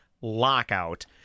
lockout